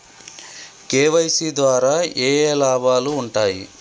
KYC ద్వారా ఏఏ లాభాలు ఉంటాయి?